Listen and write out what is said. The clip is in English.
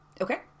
Okay